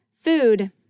Food